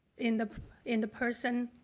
in the in the person